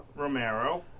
Romero